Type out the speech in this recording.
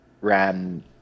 ran